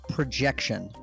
Projection